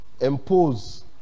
Impose